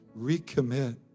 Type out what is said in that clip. recommit